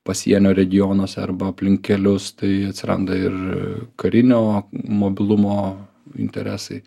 pasienio regionuose arba aplink kelius tai atsiranda ir karinio mobilumo interesai